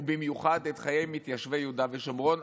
ובמיוחד את חיי מתיישבי יהודה ושומרון,